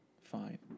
fine